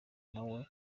nawe